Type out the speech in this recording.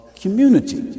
community